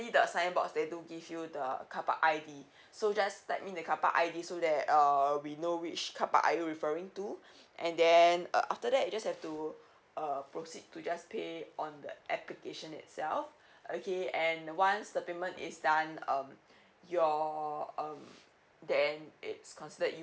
the signboard they don't give you the carpark I_D so just type in the carpark I_D so that err we know which carpark are you referring to and then uh after that just have to uh proceed to just pay on the application itself okay and once the payment is done um your um then it's considered you